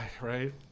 Right